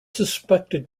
suspected